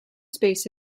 space